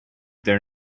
their